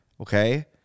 okay